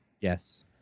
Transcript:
Yes